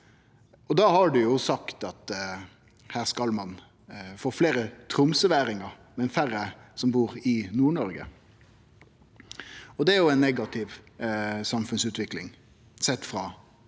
Da har ein sagt at her skal ein få fleire tromsøværingar, men færre som bur i Nord-Noreg. Det er ei negativ samfunnsutvikling, sett frå heile